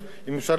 לשנות את זה,